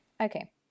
okay